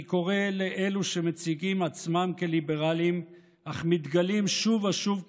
אני קורא לאלו שמציגים עצמם כליברלים אך מתגלים שוב ושוב כפנאטים,